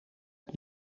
het